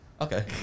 Okay